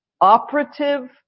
operative